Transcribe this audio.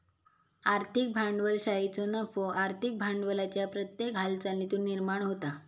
आर्थिक भांडवलशाहीचो नफो आर्थिक भांडवलाच्या प्रत्येक हालचालीतुन निर्माण होता